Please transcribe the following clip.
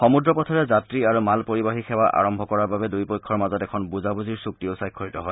সমুদ্ৰ পথেৰে যাত্ৰী আৰু মাল পৰিবাহী সেৱা আৰম্ভ কৰাৰ বাবে দুয়োপক্ষৰ মাজত এখন বুজাবুজিৰ চুক্তিও স্বাক্ষৰিত হয়